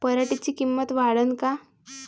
पराटीची किंमत वाढन का?